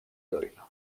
doyle